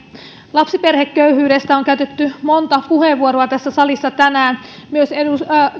lapsiperheköyhyydestä on käytetty monta puheenvuoroa tässä salissa tänään myös